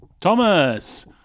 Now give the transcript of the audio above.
Thomas